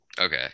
okay